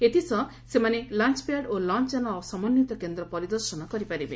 ଏଥିସହ ସେମାନେ ଲଞ୍ଚ୍ପ୍ୟାଡ୍ ଓ ଲଞ୍ଚ୍ ଯାନ ସମନ୍ୱିତ କେନ୍ଦ୍ର ପରିଦର୍ଶନ କରିପାରିବେ